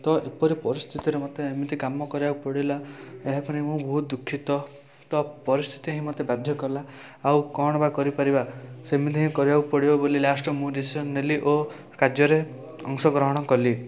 ତ ଏପରି ପରିସ୍ଥିତିରେ ମୋତେ ଏମିତି କାମ କରିବାକୁ ପଡ଼ିଲା ଏହାପାଇଁ ମୁଁ ବହୁତ ଦୁଃଖିତ ତ ପରିସ୍ଥିତି ହିଁ ମୋତେ ବାଧ୍ୟ କଲା ଆଉ କ'ଣ ବା କରିପାରିବା ସେମିତି ହିଁ କରିବାକୁ ପଡ଼ିବ ବୋଲି ଲାଷ୍ଟ ମୁଁ ଡିସିସନ୍ ନେଲି ଓ କାର୍ଯ୍ୟରେ ଅଂଶଗ୍ରହଣ କଲି